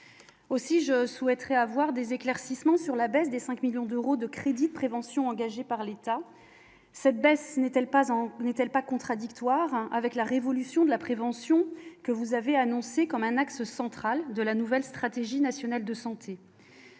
aussi je souhaiterais avoir des éclaircissements sur la baisse des 5 millions d'euros de crédit prévention engagée par l'État, cette baisse n'est-elle pas en n'est-elle pas contradictoire avec la révolution de la prévention que vous avez annoncée comme un axe central de la nouvelle stratégie nationale de santé,